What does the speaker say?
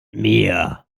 mir